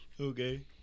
Okay